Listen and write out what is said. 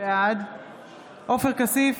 בעד עופר כסיף,